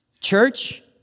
Church